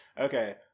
Okay